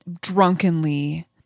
drunkenly